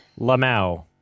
LaMau